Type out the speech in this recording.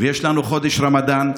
ויש לנו חודש רמדאן.